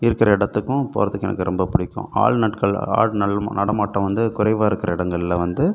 இருக்கிற இடத்துக்கும் போகுறத்துக்கு எனக்கு ரொம்ப பிடிக்கும் ஆள் நாட்கள் ஆள் நல் நடமாட்டம் வந்து குறைவாக இருக்கிற எடங்களில் வந்து